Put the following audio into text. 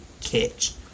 catch